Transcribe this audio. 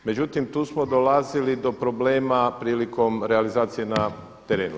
Međutim, tu smo dolazili do problema prilikom realizacije na terenu.